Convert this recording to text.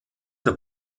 der